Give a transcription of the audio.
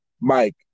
Mike